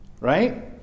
right